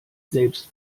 selbst